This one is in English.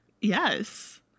Yes